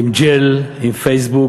עם ג'ל, עם פייסבוק,